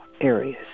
areas